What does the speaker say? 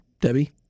Debbie